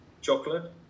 Chocolate